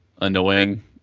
annoying